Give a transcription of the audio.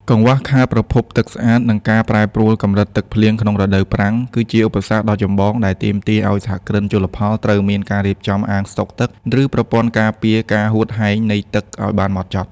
កង្វះខាតប្រភពទឹកស្អាត និងការប្រែប្រួលកម្រិតទឹកភ្លៀងក្នុងរដូវប្រាំង គឺជាឧបសគ្គដ៏ចម្បងដែលទាមទារឱ្យសហគ្រិនជលផលត្រូវមានការរៀបចំអាងស្ដុកទឹក ឬប្រព័ន្ធការពារការហួតហែងនៃទឹកឱ្យបានហ្មត់ចត់។